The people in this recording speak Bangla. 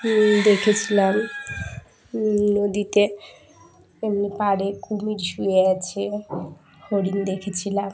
দেখেছিলাম নদীতে এমনি পাড়ে কুমির শুয়ে আছে হরিণ দেখেছিলাম